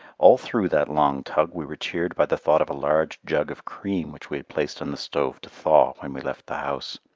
all through that long tug we were cheered by the thought of a large jug of cream which we had placed on the stove to thaw when we left the house.